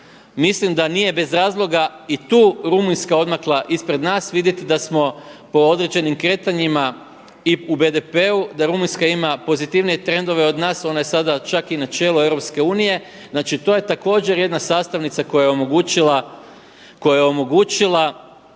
mislim da nije bez razloga i tu Rumunjska odmakla ispred nas, vidite da smo po određenim kretanjima i u BDP-u da Rumunjska ima pozitivnije trendove od nas, ona je sada čak i na čelu EU. Znači to je također jedna sastavnica koja je omogućila